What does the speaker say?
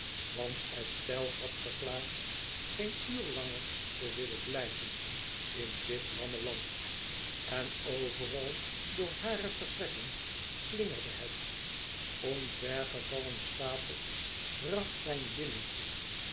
want estelle had verklaard geen uur langer te willen blijven in dit lamme land en overal door hare vertrekken slingerde het omvergevallen stapels ragfijn